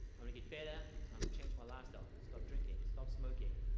i'm gonna get better. i'm gonna change my lifestyle, stop drinking, stop smoking.